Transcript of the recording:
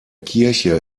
kirche